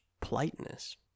politeness